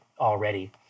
already